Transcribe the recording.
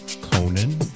Conan